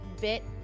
bit